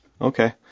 Okay